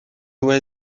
doit